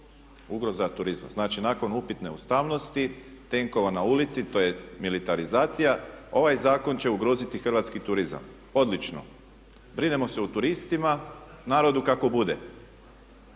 ugroza turizma. Znači, nakon upitne ustavnosti, tenkova na ulici to je militarizacija ovaj zakon će ugroziti hrvatski turizam. Odlično! Brinemo se o turistima, narodu kako bude.